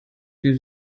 sie